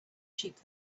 sheep